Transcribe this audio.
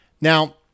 Now